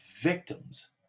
victims